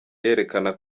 yerekana